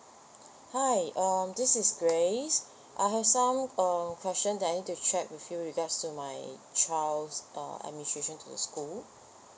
hi um this is grace I have some uh question that I need to check with you regards to my child's uh administration to the school